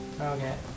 Okay